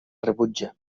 rebutja